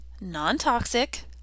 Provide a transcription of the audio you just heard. non-toxic